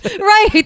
right